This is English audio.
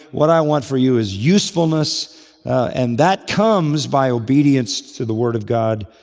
what i want for you is usefulness and that comes by obedience to the word of god,